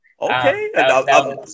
okay